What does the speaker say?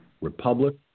republic